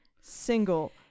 single